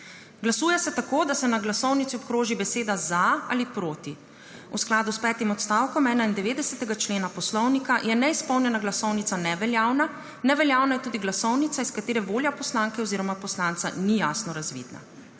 Glasuje se tako, da se na glasovnici obkroži beseda za ali proti. V skladu s petim odstavkom 91. člena Poslovnika je neizpolnjena glasovnica neveljavna, neveljavna je tudi glasovnica, iz katere volja poslanke oziroma poslanca ni jasno razvidna.